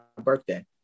birthday